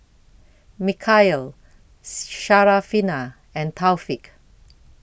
Mikhail Syarafina and Taufik